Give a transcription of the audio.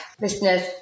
listeners